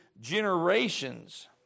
generations